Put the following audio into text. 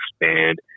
expand